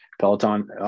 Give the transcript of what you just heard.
Peloton